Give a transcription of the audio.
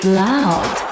loud